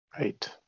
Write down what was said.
Right